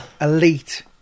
elite